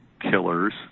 killers